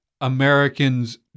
Americans